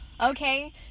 Okay